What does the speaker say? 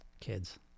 kids